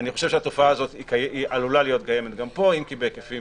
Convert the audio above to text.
אני חושב שהתופעה הזאת עלולה להיות קיימת גם פה אם כי בהיקפים